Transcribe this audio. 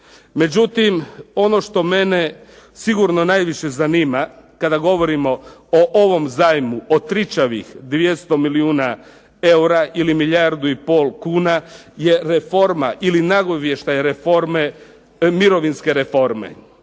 Međutim, ono što mene sigurno najviše zanima kada govorimo o ovom zajmu o tričavih 200 milijuna eura ili milijardu i pol kuna je reforma ili nagovještaj reforme, mirovinske reforme.